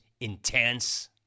intense